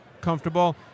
comfortable